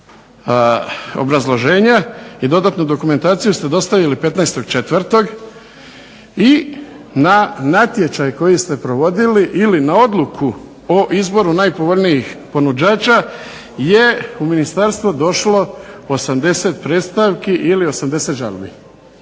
obrazloženja i dodatnu dokumentaciju ste dostavili 15.04. i na natječaj koji ste provodili ili na odluku o izboru najpovoljnijih ponuđača je u ministarstvo došlo 80 predstavki ili 80 žalbi.